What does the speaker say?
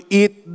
eat